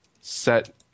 set